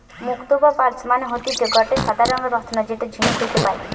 মুক্তো বা পার্লস মানে হতিছে গটে সাদা রঙের রত্ন যেটা ঝিনুক হইতে পায়